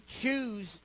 choose